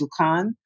dukan